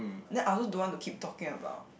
then I also don't want to keep talking about